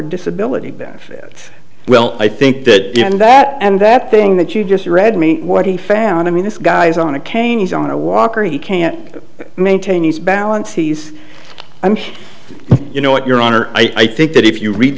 disability benefit well i think that that and that thing that you just read me what he found i mean this guy is on a cane he's on a walker he can't maintain his balance he's i'm you know what your honor i think that if you re